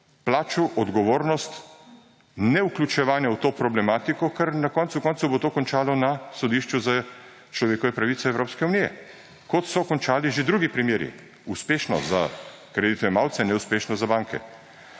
plačal odgovornost nevključevanja v to problematiko, ker na koncu koncev bo to končalo na sodišču za človekove pravice Evropske unije, kot so končali že drugi primeri: uspešno za kreditojemalce, neuspešno za banke.